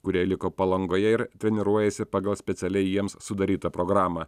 kurie liko palangoje ir treniruojasi pagal specialiai jiems sudarytą programą